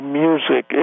music